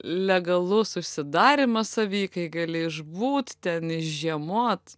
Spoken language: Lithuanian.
legalus užsidarymas savyj kai gali išbūt ten žiemot